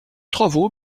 travaux